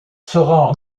sera